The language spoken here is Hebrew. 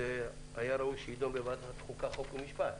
היה ראוי שתידון בוועדת חוקה חוק ומשפט,